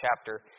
chapter